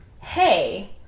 hey